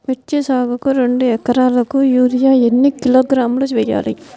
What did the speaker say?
మిర్చి సాగుకు రెండు ఏకరాలకు యూరియా ఏన్ని కిలోగ్రాములు వేయాలి?